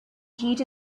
heed